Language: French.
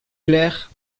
clair